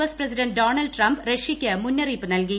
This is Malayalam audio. എസ് പ്രസിഡന്റ് ഡോണാൾഡ് ട്രംപ് റഷ്യയ്ക്ക് മുന്നറിയിപ്പ് നൽകി